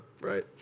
right